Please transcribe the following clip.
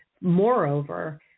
Moreover